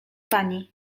pani